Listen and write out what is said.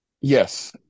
Yes